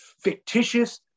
fictitious